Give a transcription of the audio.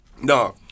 No